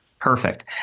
perfect